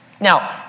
Now